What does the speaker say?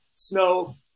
snow